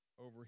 over